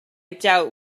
doubt